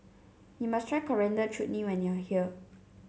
you must try Coriander Chutney when you are here